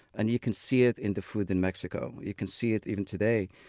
and you can see it in the food in mexico. you can see it even today.